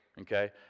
Okay